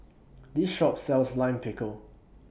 This Shop sells Lime Pickle